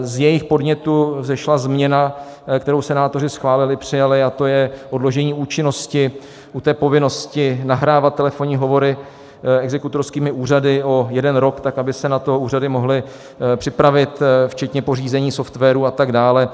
Z jejich podnětu vzešla změna, kterou senátoři schválili, přijali, a to je odložení účinnosti u povinnosti nahrávat telefonní hovory exekutorskými úřady o jeden rok tak, aby se na to úřady mohly připravit včetně pořízení softwaru a tak dále.